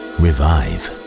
revive